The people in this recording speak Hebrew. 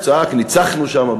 הוא צעק "ניצחנו" שם,